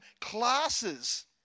classes